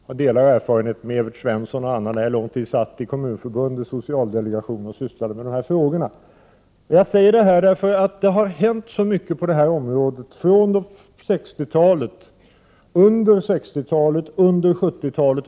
Jag delar också erfarenheter med Evert Svensson, eftersom jag lång tid satt i Kommunförbundets socialdelegation och arbetade med dessa frågor. Jag säger detta därför att det har hänt så mycket på detta område under 60-talet, under 70-talet och under 80-talet.